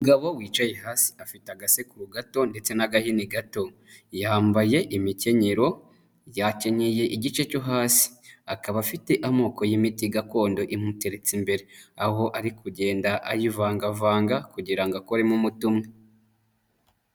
Umugabo wicaye hasi afite agaseko gato ndetse n'agahini gato, yambaye imikenyero yakenyeye igice cyo hasi akaba afite amoko y'imiti gakondo imuteretse imbere aho ari kugenda ayivangavanga kugirango akoremo umuti umwe.